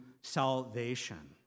salvation